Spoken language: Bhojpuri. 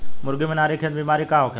मुर्गी में रानीखेत बिमारी का होखेला?